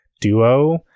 duo